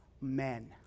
Men